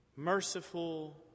merciful